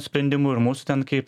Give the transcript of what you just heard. sprendimu ir mūsų ten kaip